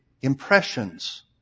impressions